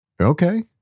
Okay